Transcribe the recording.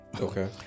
Okay